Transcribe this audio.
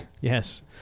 Yes